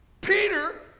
Peter